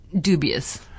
dubious